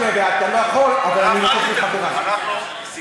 אני לא אצביע בעד, כי אני לא יכול, אבל, לחברי.